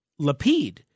Lapid